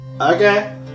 Okay